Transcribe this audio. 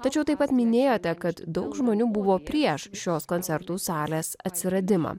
tačiau taip pat minėjote kad daug žmonių buvo prieš šios koncertų salės atsiradimą